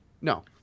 No